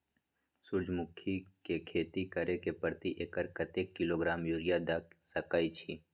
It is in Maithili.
सूर्यमुखी के खेती करे से प्रति एकर कतेक किलोग्राम यूरिया द सके छी?